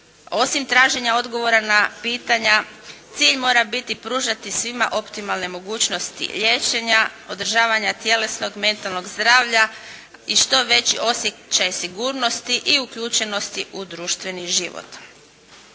Osim traženja odgovora na pitanja, cilj mora biti pružati svima optimalne mogućnosti liječenja, održavanja tjelesnog i mentalnog zdravlja i što veći osjećaj sigurnosti i uključenosti u društveni život.